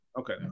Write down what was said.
Okay